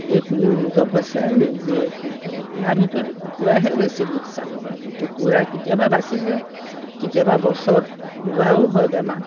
এই মোৰ নিজৰ পইছাই নিজে হেৰি কৰে ইয়াৰ ভিতৰতে কুকুৰাহে বেছি লোকচান কৰে কুকুৰা কেতিয়াবা বাচি যায় কেতিয়াবা বছৰত দুবাৰো হয় বেমাৰ